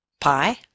pi